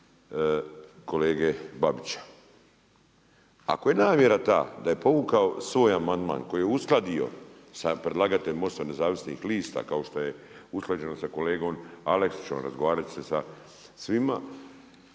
kolege Babića. Ako je namjera ta da je povukao svoj amandman koji je uskladi sa predlagateljem MOST-a Nezavisnih lista kao što je usklađeno sa kolegom Aleksićem, razgovarajući se sa svim,